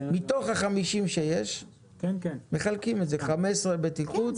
מתוך ה-50 שיש מחלקים את זה 15 בטיחות --- כן,